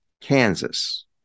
Kansas